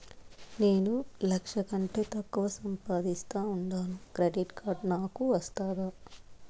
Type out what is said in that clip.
నేను లక్ష కంటే తక్కువ సంపాదిస్తా ఉండాను క్రెడిట్ కార్డు నాకు వస్తాదా